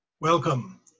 Welcome